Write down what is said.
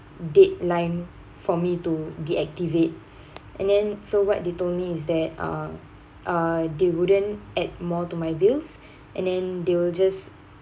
deadline for me to deactivate and then so what they told me is that uh uh they wouldn't add more to my bills and then they will just